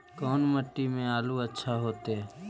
कोन मट्टी में आलु अच्छा होतै?